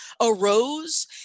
arose